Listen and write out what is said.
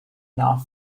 enough